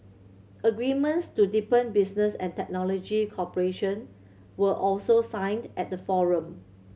agreements to deepen business and technology cooperation were also signed at the forum